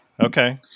okay